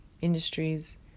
industries